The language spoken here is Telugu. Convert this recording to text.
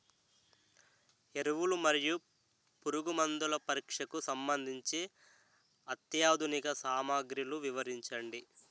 ఎరువులు మరియు పురుగుమందుల పరీక్షకు సంబంధించి అత్యాధునిక సామగ్రిలు వివరించండి?